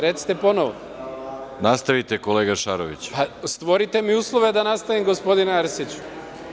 Recite ponovo. (Predsedavajući: Nastavite kolega Šaroviću.) Stvorite mi uslove da nastavim gospodine Arsiću.